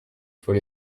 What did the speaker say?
faut